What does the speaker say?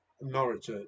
Norwich